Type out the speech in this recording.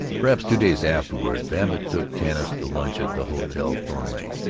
perhaps two days afterward babbitt took tanis to lunch at the hotel thornleigh.